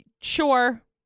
sure